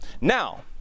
Now